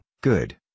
good